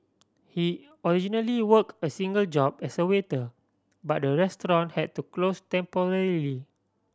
he originally work a single job as a waiter but the restaurant had to close temporarily